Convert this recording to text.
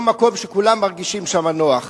אותו מקום שכולם מרגישים שם נוח.